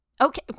okay